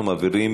אנחנו מעבירים